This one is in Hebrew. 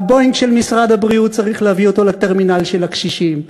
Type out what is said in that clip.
ה"בואינג" של משרד הבריאות צריך להביא אותו לטרמינל של הקשישים,